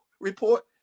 report